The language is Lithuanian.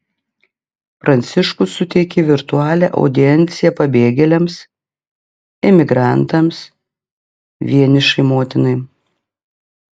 pranciškus suteikė virtualią audienciją pabėgėliams imigrantams vienišai motinai